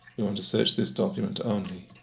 we want to search this document only.